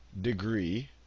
degree